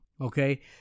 Okay